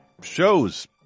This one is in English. shows